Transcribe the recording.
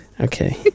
Okay